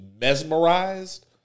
mesmerized